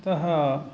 ततः